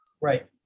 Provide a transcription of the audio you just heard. right